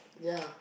ya